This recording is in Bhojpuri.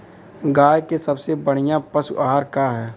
गाय के सबसे बढ़िया पशु आहार का ह?